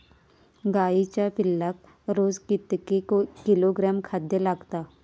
गाईच्या पिल्लाक रोज कितके किलोग्रॅम खाद्य लागता?